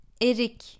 Erik